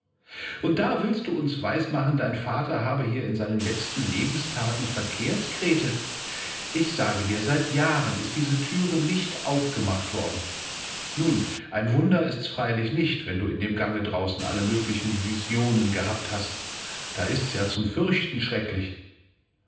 und da willst du uns weismachen dein vater habe hier in seinen letzten lebenstagen verkehrt grete ich sage dir seit jahren ist diese thüre nicht aufgemacht worden nun ein wunder ist's freilich nicht wenn du in dem gange draußen alle möglichen visionen gehabt hast da ist's ja zum fürchten schrecklich